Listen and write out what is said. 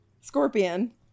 Scorpion